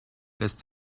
lässt